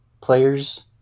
players